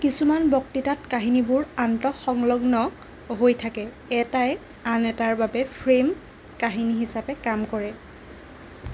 কিছুমান বক্তৃতাত কাহিনীবোৰ আন্তঃসংলগ্ন হৈ থাকে এটাই আন এটাৰ বাবে ফ্ৰেম কাহিনী হিচাপে কাম কৰে